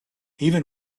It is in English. even